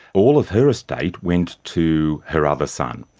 all of her estate went to her other son.